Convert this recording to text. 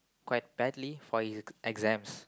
quite badly for his exams